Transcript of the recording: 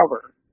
cover